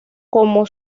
como